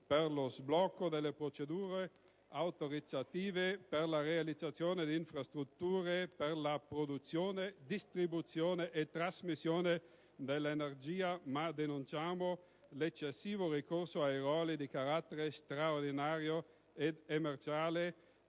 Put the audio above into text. per lo sblocco delle procedure autorizzative per la realizzazione di infrastrutture per produzione, distribuzione e trasmissione dell'energia, ma denunciamo l'eccessivo ricorso a ruoli di carattere straordinario ed emergenziale